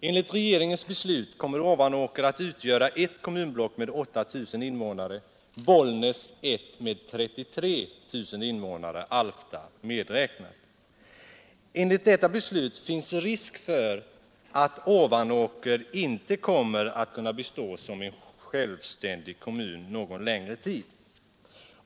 Enligt regeringens beslut kommer Ovanåker att utgöra ett kommunblock med 8 000 invånare och Bollnäs ett med 33 000 invånare, Alfta medräknat. Enligt detta beslut finns risk för att Ovanåker inte kommer att bestå som en självständig kommun någon längre tid.